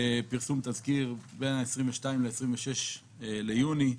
פרסום תזכיר בין 22 ל-26 ביוני,